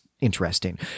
interesting